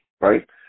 right